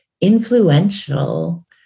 influential